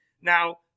Now